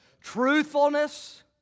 Truthfulness